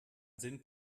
sind